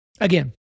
again